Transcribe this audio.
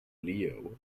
leo